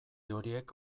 horiek